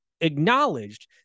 Acknowledged